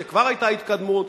זו כבר היתה התקדמות,